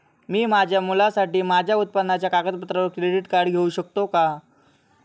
मी माझ्या मुलासाठी माझ्या उत्पन्नाच्या कागदपत्रांवर क्रेडिट कार्ड घेऊ शकतो का?